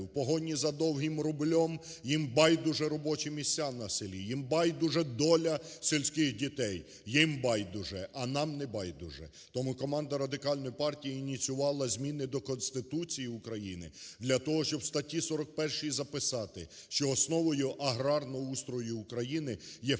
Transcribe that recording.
в погоні за довгим рублем їм байдужі робочі місця на селі, їм байдуже доля сільських дітей, їм байдуже, а нам не байдуже. Тому команда Радикальної партії ініціювала зміни до Конституції України для того, щоб в статті 41 записати, що основою аграрного устрою України є фермерські